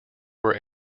were